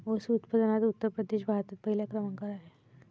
ऊस उत्पादनात उत्तर प्रदेश भारतात पहिल्या क्रमांकावर आहे